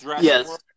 Yes